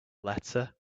letter